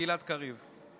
גלעד קריב.